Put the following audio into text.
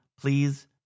please